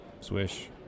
Swish